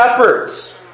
shepherds